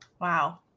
Wow